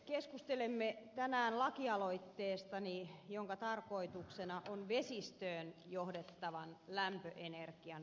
keskustelemme tänään lakialoitteestani jonka tarkoituksena on vesistöön johdettavan lämpöenergian verottaminen